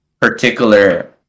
particular